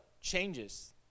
changes